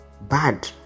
bad